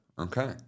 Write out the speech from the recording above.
Okay